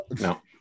No